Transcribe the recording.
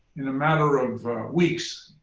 in a matter of weeks,